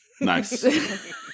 Nice